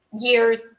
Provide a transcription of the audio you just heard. years